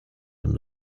und